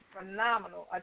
phenomenal